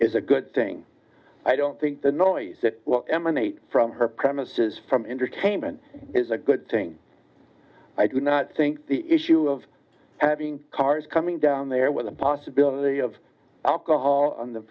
is a good thing i don't think the noise that emanates from her premises from entertainment is a good thing i do not think the issue of having cars coming down there with the possibility of alcohol on the